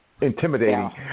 Intimidating